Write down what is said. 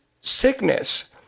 sickness